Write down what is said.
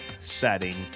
setting